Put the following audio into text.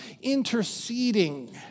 interceding